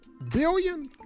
Billion